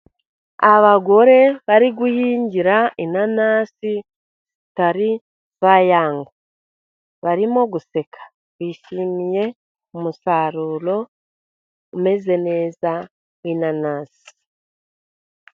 Abagore bari guhingira inanasi zitari zayanga, barimo guseka bishimiye umusaruro umeze neza w'inanasi.